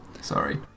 Sorry